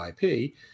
IP